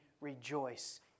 rejoice